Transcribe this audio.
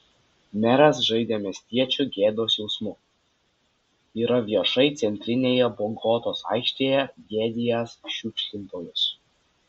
meras žaidė miestiečių gėdos jausmu yra viešai centrinėje bogotos aikštėje gėdijęs šiukšlintojus